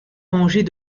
rangées